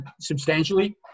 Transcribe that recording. substantially